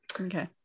Okay